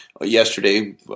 yesterday